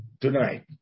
Tonight